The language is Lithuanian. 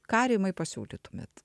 ką rimai pasiūlytumėt